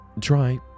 Try